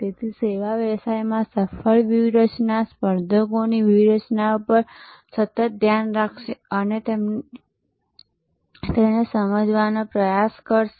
તેથી સેવા વ્યવસાયોમાં સફળ વ્યૂહરચના સ્પર્ધકો ની વ્યૂહરચનાઓ પર સતત ધ્યાન રાખશે અને તેને સમજવાનો પ્રયાસ કરશે